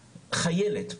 חיילת,